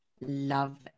love